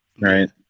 Right